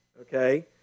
okay